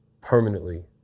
permanently